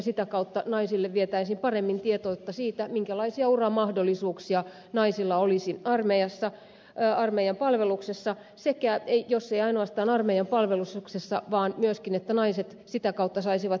sitä kautta naisille vietäisiin paremmin tietoutta siitä minkälaisia uramahdollisuuksia naisilla olisi armeijan palveluksessa eikä ainoastaan armeijan palveluksessa vaan myöskin niin että naiset sitä kautta saisivat johtajakoulutusta